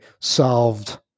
solved